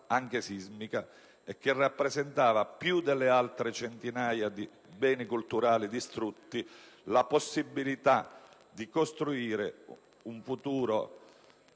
anche sismica, e che rappresentava, più delle altre centinaia di beni culturali distrutti, la possibilità di costruire un futuro